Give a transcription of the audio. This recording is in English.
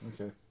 okay